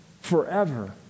forever